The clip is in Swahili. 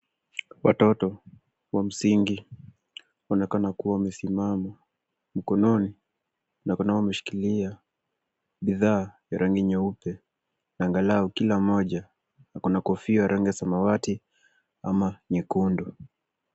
Watoto, wa msingi, wanaonekana kuwa wamesimama. Mikononi na kuna wao wameshikilia bidhaa ya rangi nyeupe angalau kila mmoja ako na kofia ya rangi ya samawati ama nyekundu.